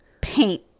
paint